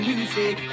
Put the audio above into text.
Music